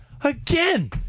Again